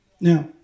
Now